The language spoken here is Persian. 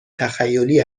تخیلی